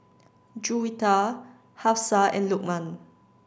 Juwita Hafsa and Lukman